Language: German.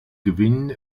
gewinn